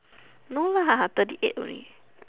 no lah thirty eight only